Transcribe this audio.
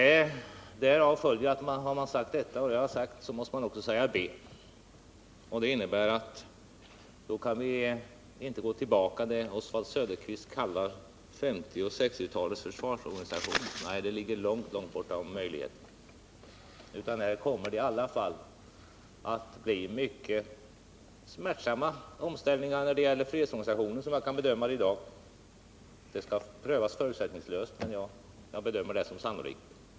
Har man på det sättet sagt a — och det har jag gjort — så måste man också säga b. Det innebär att vi inte kan gå tillbaka till vad Oswald Söderqvist kallar 1950 och 1960-talens försvarsorganisation. Nej, detta ligger långt, långt bortom möjligheterna. Här kommer det att bli mycket smärtsamma omställningar när det gäller fredsorganisationen, som jag kan bedöma det i dag. Det skall prövas förutsättningslöst, men jag bedömer detta som sannolikt.